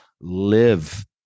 live